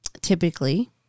Typically